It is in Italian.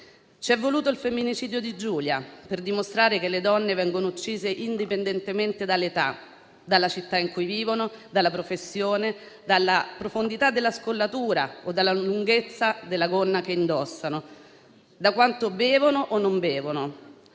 C'è voluto il femminicidio di Giulia per dimostrare che le donne vengono uccise indipendentemente dall'età, dalla città in cui vivono, dalla professione, dalla profondità della scollatura o dalla lunghezza della gonna che indossano, da quanto bevono o non bevono.